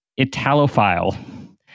Italophile